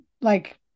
like-